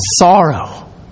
sorrow